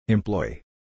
Employee